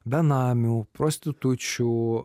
benamių prostitučių